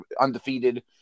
undefeated